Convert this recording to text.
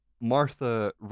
Martha